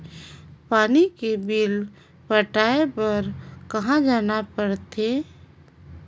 पानी के बिल पटाय बार कहा जाना पड़थे?